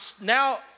now